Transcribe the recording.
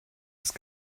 ist